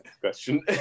question